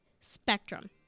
spectrum